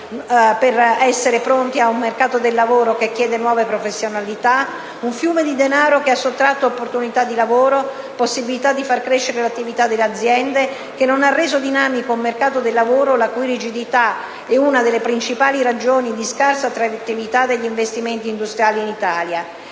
per essere pronti a un mercato del lavoro che chiede nuove professionalità, un fiume di denaro che ha sottratto opportunità di lavoro, possibilità di far crescere l'attività delle aziende e che non ha reso dinamico un mercato del lavoro la cui rigidità è una delle principali ragioni di scarsa attrattività degli investimenti industriali in Italia.